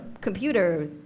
computer